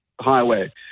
highway